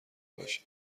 باشه